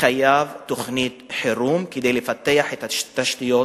חייבים תוכנית חירום כדי לפתח את התשתיות,